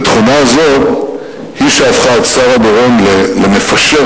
ותכונה זו היא שהפכה את שרה דורון למפשרת.